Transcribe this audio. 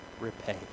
repay